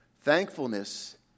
Thankfulness